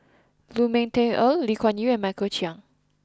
Lu Ming Teh Earl Lee Kuan Yew and Michael Chiang